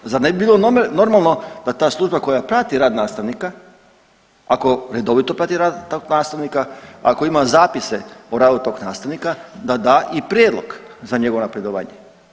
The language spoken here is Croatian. Zar ne bi bilo normalno da ta služba koja prati rad nastavnika ako redovito prati rad tog nastavnika, ako ima zapise o radu tog nastavnika da da i prijedlog za njegovo napredovanje.